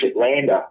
lander